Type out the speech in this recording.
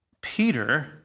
Peter